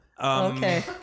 Okay